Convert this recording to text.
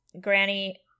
granny